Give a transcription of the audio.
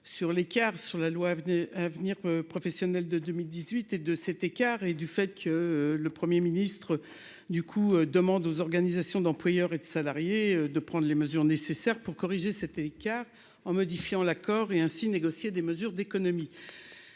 sur l'écart sur la loi avenir professionnel de 2018 et de cet écart, et du fait que le 1er ministre du coup demande aux organisations d'employeurs et de salariés de prendre les mesures nécessaires pour corriger cet écart en modifiant l'accord et ainsi négocier des mesures d'économies,